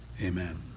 Amen